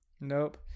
Nope